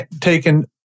taken